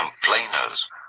complainers